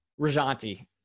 Rajanti